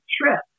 trip